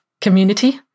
community